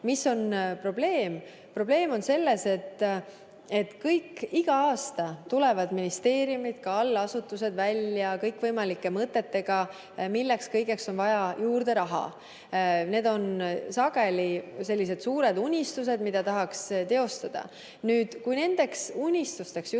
Milles on probleem? Probleem on selles, et iga aasta tulevad ministeeriumid, ka allasutused välja kõikvõimalike mõtetega, milleks kõigeks on vaja raha juurde saada. Need on sageli sellised suured unistused, mida tahaks teostada. Kui nendeks unistusteks justkui